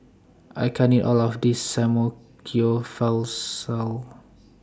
I can't eat All of This